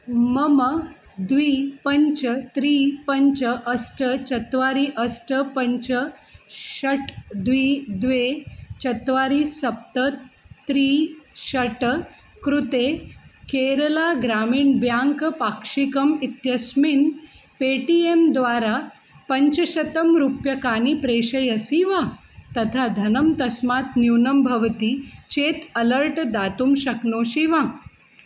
मम द्वे पञ्च त्रीणि पञ्च अष्ट चत्वारि अष्ट पञ्च षट् द्वे द्वे चत्वारि सप्त त्रीणि षट् कृते केरला ग्रामिण् ब्याङ्क् पाक्षिकम् इत्यस्मिन् पेटियेम् द्वारा पञ्चशतं रुप्यकाणि प्रेषयसि वा तथा धनं तस्मात् न्यूनं भवति चेत् अलर्ट् दातुं शक्नोषि वा